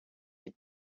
die